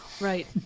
right